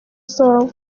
zabo